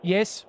Yes